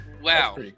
wow